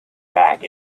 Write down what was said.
back